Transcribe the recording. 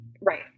Right